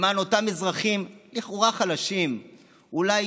למען אותם אזרחים חלשים לכאורה, אולי